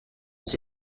isi